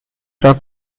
rock